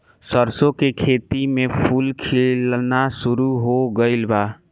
सरसों के खेत में फूल खिलना शुरू हो गइल बा